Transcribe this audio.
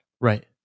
Right